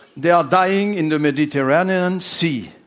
they are dying in the mediterranean sea